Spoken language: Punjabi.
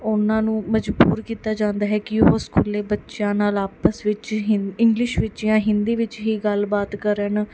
ਉਹਨਾਂ ਨੂੰ ਮਜਬੂਰ ਕੀਤਾ ਜਾਂਦਾ ਹੈ ਕਿ ਉਹ ਸਕੂਲੇ ਬੱਚਿਆਂ ਨਾਲ ਆਪਸ ਵਿੱਚ ਇੰਗਲਿਸ਼ ਵਿੱਚ ਜਾਂ ਹਿੰਦੀ ਵਿੱਚ ਹੀ ਗੱਲਬਾਤ ਕਰਨ